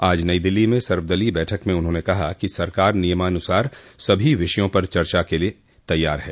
आज नई दिल्ली में सर्वदलीय बैठक में उन्होंने कहा कि सरकार नियमानुसार सभी विषयों पर चर्चा करने के लिए तैयार है